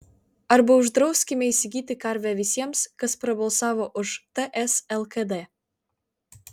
arba uždrauskime įsigyti karvę visiems kas pabalsavo už ts lkd